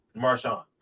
Marshawn